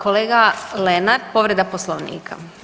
Kolega Lenart, povreda Poslovnika.